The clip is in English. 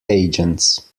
agents